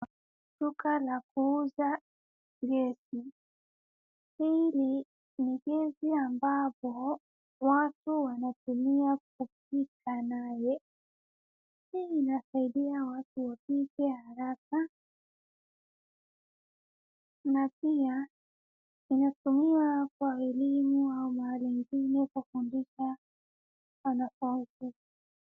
Duka la kuuza gesi , hii ni gesi ambayo watu wanatumia kupika nayo pia inasaidia watu wapike haraka na pia inatumiwa kwa elimu.